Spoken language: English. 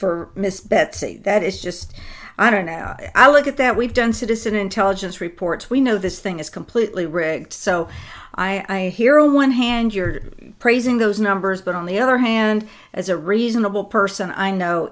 betsey that is just i don't know i look at that we've done citizen intelligence reports we know this thing is completely wrecked so i hear on one hand you're praising those numbers but on the other hand as a reasonable person i know